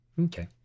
Okay